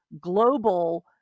global